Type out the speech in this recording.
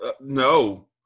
No